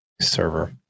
server